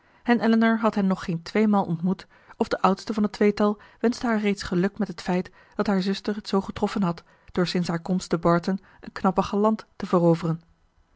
en elinor had hen nog geen tweemaal ontmoet of de oudste van het tweetal wenschte haar reeds geluk met het feit dat haar zuster t zoo getroffen had door sinds haar komst te barton een knappen galant te veroveren